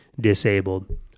disabled